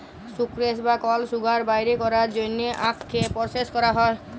sucrose বা কল sugar বাইর ক্যরার জ্যনহে আখকে পরসেস ক্যরা হ্যয়